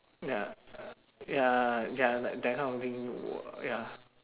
ya ya ya like that kind of thing w~ ya